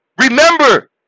Remember